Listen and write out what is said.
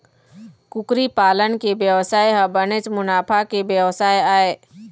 कुकरी पालन के बेवसाय ह बनेच मुनाफा के बेवसाय आय